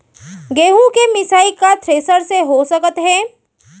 गेहूँ के मिसाई का थ्रेसर से हो सकत हे?